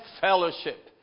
fellowship